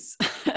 Yes